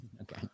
Okay